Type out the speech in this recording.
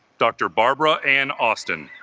dr. barbara ann austin